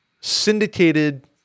syndicated